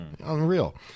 Unreal